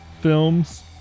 films